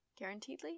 guaranteedly